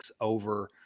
over